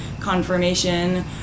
confirmation